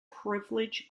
privilege